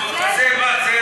נו, אז זה נשאר?